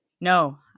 no